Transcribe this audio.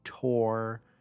tour